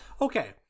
Okay